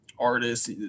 artist